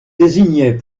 désignait